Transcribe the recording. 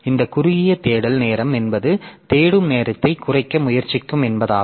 இந்த குறுகிய தேடல் நேரம் என்பது தேடும் நேரத்தைக் குறைக்க முயற்சிக்கும் என்பதாகும்